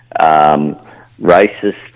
racist